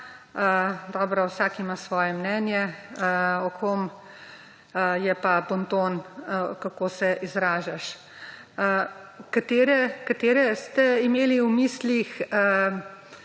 vsak ima svoje mnenje o kom. Je pa bonton, kako se izražaš. Katere ste imeli v mislih